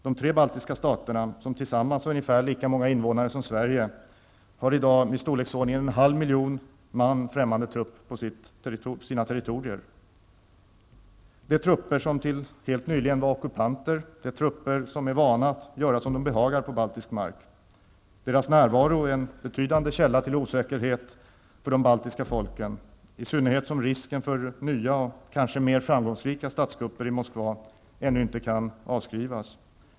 De tre baltiska staterna, som tillsammans har ungefär lika många invånare som Sverige, har i dag i storleksordningen en halv miljon man främmande trupp på sina territorier. Det är trupper som tills helt nyligen var ockupanter. De är vana att göra som de behagar på baltisk mark. Deras närvaro är en betydande källa till osäkerhet för de baltiska folken -- i synnerhet som risken för nya och kanske mer framgångsrika statskupper i Moskva ännu inte kan avskrivas.